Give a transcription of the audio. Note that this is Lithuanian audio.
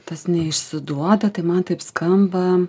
tas neišsiduoda tai man taip skamba